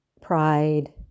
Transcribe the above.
pride